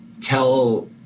tell